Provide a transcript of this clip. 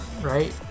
right